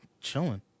chilling